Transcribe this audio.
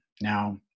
Now